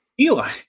Eli